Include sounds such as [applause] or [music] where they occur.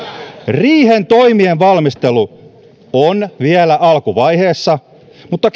riihen toimien valmistelu on vielä alkuvaiheessa mutta [unintelligible]